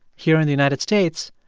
here in the united states,